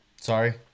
sorry